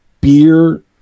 beer